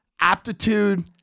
aptitude